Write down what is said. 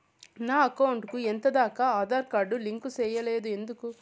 నా అకౌంట్ కు ఎంత దాకా ఆధార్ కార్డు లింకు సేయలేదు ఎందుకు